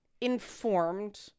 informed